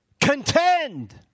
contend